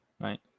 right